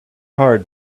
hard